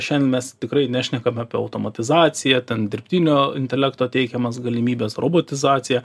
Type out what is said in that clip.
šian mes tikrai nešnekam apie automatizaciją ten dirbtinio intelekto teikiamas galimybes robotizaciją